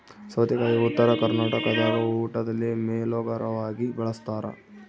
ಸೌತೆಕಾಯಿ ಉತ್ತರ ಕರ್ನಾಟಕದಾಗ ಊಟದಲ್ಲಿ ಮೇಲೋಗರವಾಗಿ ಬಳಸ್ತಾರ